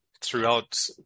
Throughout